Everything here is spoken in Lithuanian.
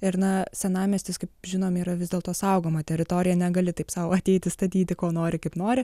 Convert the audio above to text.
ir na senamiestis kaip žinom yra vis dėlto saugoma teritorija negali taip sau ateiti statyti ko nori kaip nori